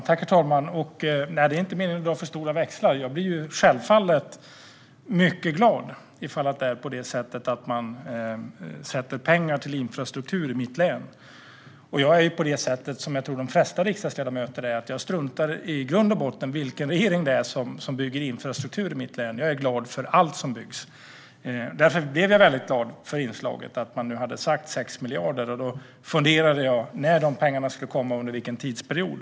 Herr talman! Det är inte meningen att dra för stora växlar. Jag blir självfallet mycket glad om man avsätter pengar till infrastruktur i mitt hemlän. Jag gör som jag tror att de flesta riksdagsledamöter gör: Jag struntar i grund och botten i vilken regering det är som bygger infrastruktur i mitt hemlän. Jag är glad för allt som byggs. Därför blev jag glad för inslaget där det framgick att man hade sagt 6 miljarder, och jag funderade på när pengarna skulle komma och under vilken tidsperiod.